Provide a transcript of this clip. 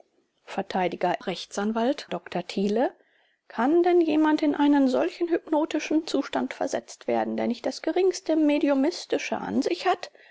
r a dr thiele kann denn jemand in einen solchen hypnotischen zustand versetzt werden der nicht das geringste mediumistische an sich hat